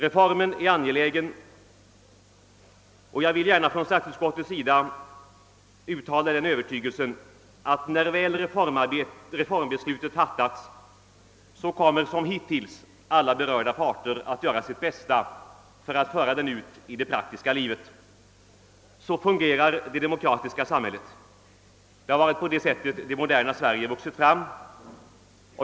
Reformen är angelägen, och jag vill gärna för statsutskottets del uttala den övertygelsen, att när reformbeslutet väl har fattats alla berörda parter liksom hittills kommer att göra sitt bästa för att föra ut det i det praktiska livet. Så fungerar det demokratiska samhället. Det har varit på det sättet som det moderna Sverige vuxit fram.